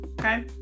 okay